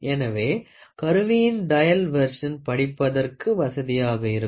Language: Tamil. எனவே கருவியின் டயல் வெர்சன் படிப்பதற்கு வசதியாக இருக்கும்